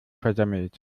versemmelt